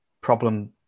problem